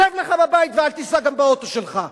שב לך בבית, ואל תיסע גם באוטו שלך.